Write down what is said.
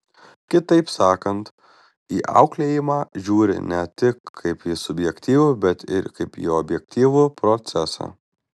kitaip sakant į auklėjimą žiūri ne tik kaip į subjektyvų bet ir kaip į objektyvų procesą